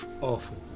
Awful